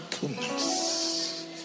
goodness